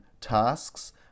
tasks